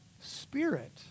Spirit